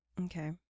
Okay